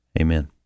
Amen